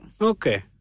Okay